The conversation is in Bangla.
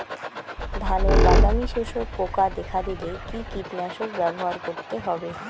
ধানে বাদামি শোষক পোকা দেখা দিলে কি কীটনাশক ব্যবহার করতে হবে?